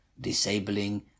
Disabling